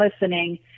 listening